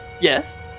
yes